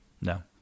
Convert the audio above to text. No